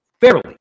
fairly